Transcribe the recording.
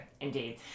indeed